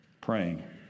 praying